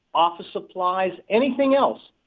office supplies, anything else.